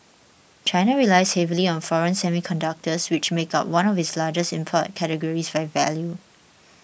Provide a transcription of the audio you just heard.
China relies heavily on foreign semiconductors which make up one of its largest import categories by value